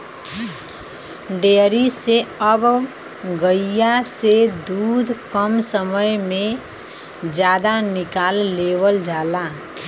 dairy से अब गइया से दूध कम समय में जादा निकाल लेवल जाला